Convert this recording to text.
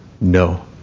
No